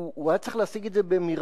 הוא היה צריך להשיג את זה במרמה,